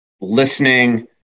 listening